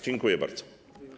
Dziękuję bardzo.